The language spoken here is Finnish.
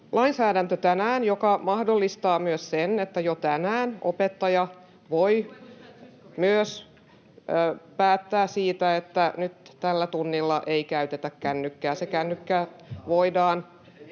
lainsäädäntö, joka mahdollistaa myös sen, että jo tänään opettaja voi myös päättää siitä, että nyt tällä tunnilla ei käytetä kännykkää. [Ben Zyskowicz: